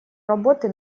работы